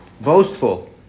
boastful